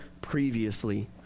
previously